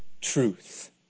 truth